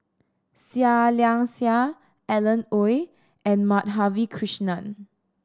Seah Liang Seah Alan Oei and Madhavi Krishnan